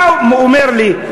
מה הוא אומר לי?